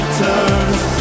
turns